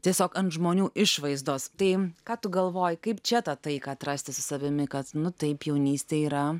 tiesiog ant žmonių išvaizdos tai ką tu galvoji kaip čia tą taiką atrasti su savimi kad nu taip jaunystė yra